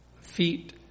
feet